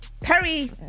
perry